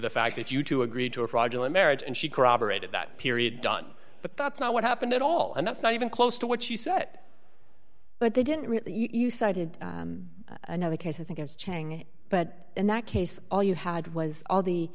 the fact that you two agree to a fraudulent marriage and she corroborated that period done but that's not what happened at all and that's not even close to what she said but they didn't you cited another case i think of chang but in that case all you had was all the